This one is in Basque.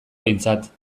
behintzat